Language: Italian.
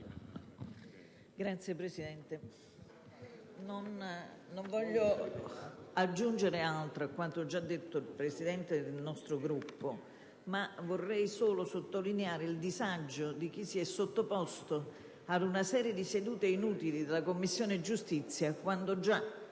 Signor Presidente, non voglio aggiungere altro a quanto ha già detto il Presidente del nostro Gruppo, vorrei solo sottolineare il disagio di chi si è sottoposto ad una serie di sedute inutili della Commissione giustizia quando già,